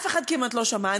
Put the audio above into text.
כמעט אף אחד לא שמע.